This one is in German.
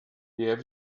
der